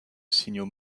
signaux